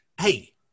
Hey